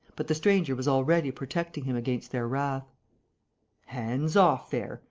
but the stranger was already protecting him against their wrath hands off there!